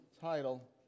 title